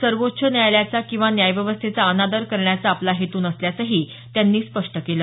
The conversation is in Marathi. सर्वोच्च न्यायालयाचा किंवा न्यायव्यवस्थेचा अनादर करण्याचा आपला हेतू नसल्याचंही त्यांनी स्पष्ट केलं